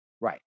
Right